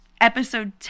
episode